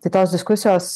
tai tos diskusijos